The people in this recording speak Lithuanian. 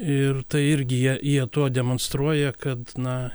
ir tai irgi jie jie tuo demonstruoja kad na